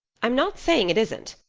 i'm not saying it isn't.